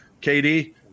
Katie